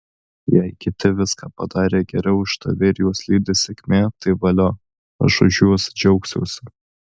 jei kiti viską padarė geriau už tave ir juos lydi sėkmė tai valio aš už juos džiaugsiuosi